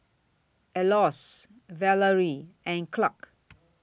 Elois Valery and Clark